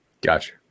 Gotcha